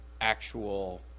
actual